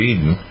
Eden